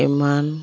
ᱮᱢᱟᱱ